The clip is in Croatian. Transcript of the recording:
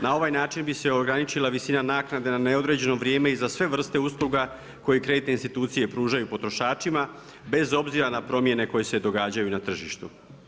Na ovaj način bi se ograničila visina naknade na neodređeno vrijeme i za sve vrste usluga koje kreditne institucije pružaju potrošačima bez obzira na promjene koje se događaju na tržištu.